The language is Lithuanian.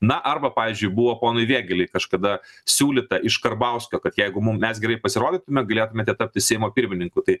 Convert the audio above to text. na arba pavyzdžiui buvo ponui vėgėlei kažkada siūlyta iš karbauskio kad jeigu mum mes gerai pasirodytume galėtumėte tapti seimo pirmininku tai